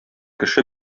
кеше